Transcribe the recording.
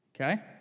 okay